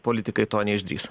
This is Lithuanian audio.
politikai to neišdrįs